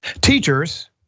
Teachers